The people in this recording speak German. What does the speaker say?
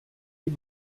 die